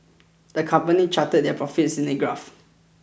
the company charted their profits in the graph